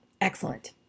Excellent